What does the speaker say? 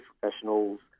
professionals